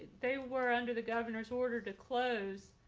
they were under the governor's order to close.